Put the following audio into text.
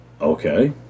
okay